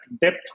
depth